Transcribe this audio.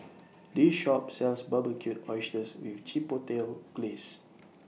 This Shop sells Barbecued Oysters with Chipotle Glaze